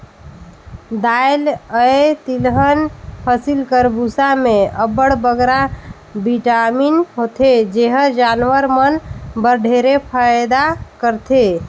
दाएल अए तिलहन फसिल कर बूसा में अब्बड़ बगरा बिटामिन होथे जेहर जानवर मन बर ढेरे फएदा करथे